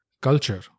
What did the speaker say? culture